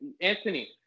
Anthony